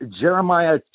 Jeremiah